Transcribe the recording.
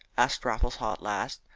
asked raffles haw at last.